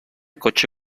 cotxe